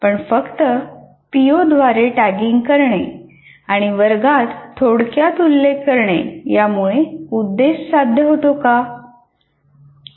पण फक्त पीओद्वारे टॅगिंग करणे आणि वर्गात थोडक्यात उल्लेख करणे यामुळे उद्देश साध्य होतो का